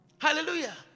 hallelujah